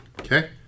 Okay